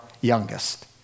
youngest